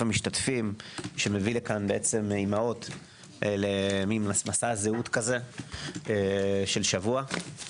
המשתתפים שמביא לכאן אימהות למסע זהות כזה של שבוע.